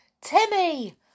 Timmy